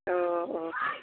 अ अ